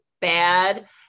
bad